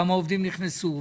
כמה עובדים נכנסו,